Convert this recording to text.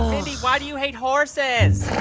mindy, why do you hate horses?